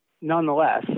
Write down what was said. Nonetheless